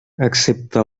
excepte